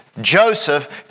Joseph